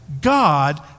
God